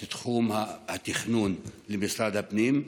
את תחום התכנון למשרד הפנים,